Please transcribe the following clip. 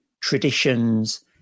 traditions